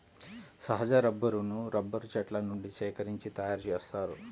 సహజ రబ్బరును రబ్బరు చెట్ల నుండి సేకరించి తయారుచేస్తారు